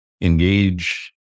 engage